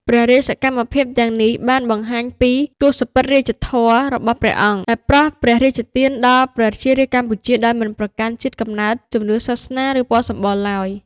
ព្រះរាជសកម្មភាពទាំងនេះបានបង្ហាញពីទសពិធរាជធម៌របស់ព្រះអង្គ ដែលប្រោសព្រះរាជទានដល់ប្រជារាស្ត្រកម្ពុជាដោយមិនប្រកាន់ជាតិកំណើត ជំនឿសាសនា ឬពណ៌សម្បុរឡើយ។